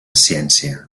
ciència